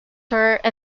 and